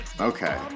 Okay